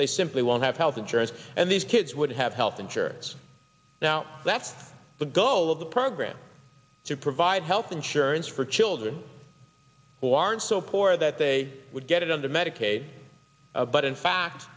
they simply won't have health insurance and these kids would have health insurance now that's the goal of the program to provide health insurance for children who aren't so poor that they would get it under medicaid but in fact